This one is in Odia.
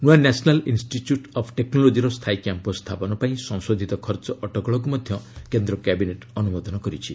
ନୂଆ ନ୍ୟାସନାଲ୍ ଇନ୍ଷ୍ଟିଚ୍ୟୁଟ୍ ଅଫ୍ ଟେକ୍ନୋଲୋଜିର ସ୍ଥାୟୀ କ୍ୟାମ୍ପସ୍ ସ୍ଥାପନ ପାଇଁ ସଂଶୋଧିତ ଖର୍ଚ୍ଚ ଅଟକଳକୁ ମଧ୍ୟ କେନ୍ଦ୍ର କ୍ୟାବିନେଟ୍ ଅନୁମୋଦନ କରିଛି